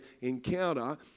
encounter